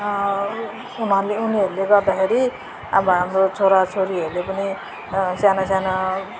उनीहरूले उनीहरूले गर्दाखेरि अब हाम्रो छोरी छोरीहरूले पनि सानो सानो